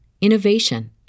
innovation